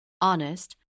honest